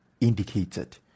indicated